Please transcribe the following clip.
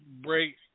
Break